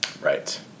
right